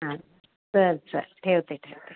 हां चल चल ठेवते ठेवते